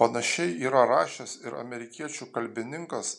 panašiai yra rašęs ir amerikiečių kalbininkas